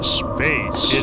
space